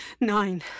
nine